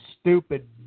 stupid